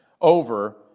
over